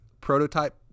prototype